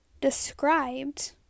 described